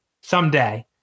someday